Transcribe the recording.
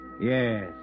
Yes